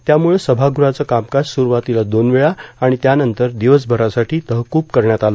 त्यामुळं सभागृहाचं कामकाज सुरूवातीला दोन वेळा आणि त्यानंतर दिवसभरासाठी तहकुब करण्यात आलं